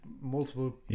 Multiple